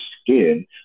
skin